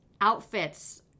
outfits